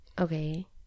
Okay